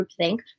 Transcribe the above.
groupthink